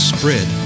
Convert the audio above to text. Spread